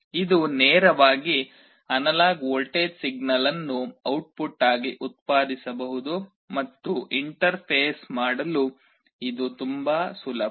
ಇದು ನೇರವಾಗಿ analogue voltage signal ಅನ್ನು ಔಟ್ಪುಟ್ ಆಗಿ ಉತ್ಪಾದಿಸಬಹುದು ಮತ್ತು ಇಂಟರ್ಫೇಸ್ ಮಾಡಲು ಇದು ತುಂಬಾ ಸುಲಭ